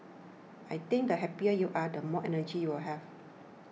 I think the happier you are the more energy you will have